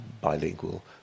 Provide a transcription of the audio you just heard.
bilingual